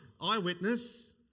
eyewitness